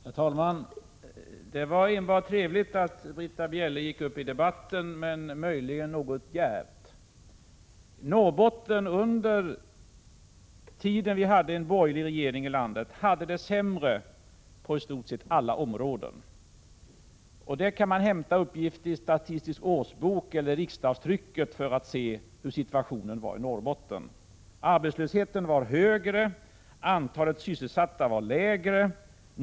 Herr talman! Det var enbart trevligt att Britta Bjelle gick upp i debatten, möjligen var det något djärvt. Under den tid vi hade en borgerlig regering i landet hade Norrbotten det sämre på istort sett alla områden. Man kan hämta uppgifter i statistisk årsbok eller i riksdagstrycket för att se hur situationen var i Norrbotten. Arbetslösheten var högre och antalet sysselsatta lägre.